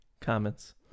comments